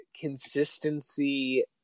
consistency